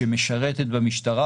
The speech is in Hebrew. שמשרתת במשטרה,